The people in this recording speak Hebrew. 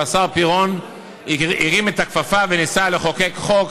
והשר פירון הרים את הכפפה וניסה לחוקק חוק